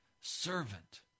servant